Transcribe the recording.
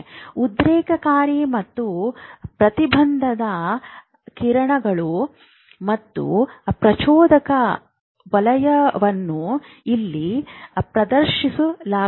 ಉದ್ರೇಕಕಾರಿ ಮತ್ತು ಪ್ರತಿಬಂಧಕ ಕಿರಣಗಳು ಮತ್ತು ಪ್ರಚೋದಕ ವಲಯವನ್ನು ಇಲ್ಲಿ ಪ್ರದರ್ಶಿಸಲಾಗುತ್ತದೆ